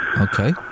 Okay